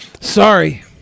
Sorry